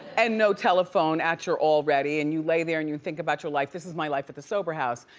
and no telephone at your all ready, and you lay there and you think about your life. this is my life at the sober house.